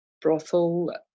brothel